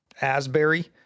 Asbury